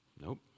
Nope